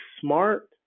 smart